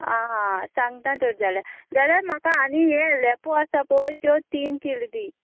आं हां सांगता तर जाल्यार जाल्यार म्हाका आनी ये लेपो आसा पळय त्यो तीन किल दी